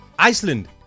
Iceland